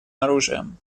оружием